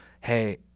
hey